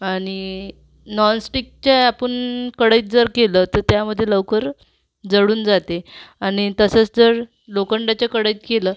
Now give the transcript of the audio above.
आणि नॉनस्टिकच्या आपण कढईत जर केलं तर त्यामध्ये लवकर जळून जाते आणि तसंच जर लोखंडाच्या कढईत केलं